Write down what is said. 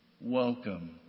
Welcome